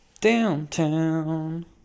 Downtown